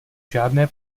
žádné